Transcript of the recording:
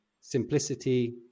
simplicity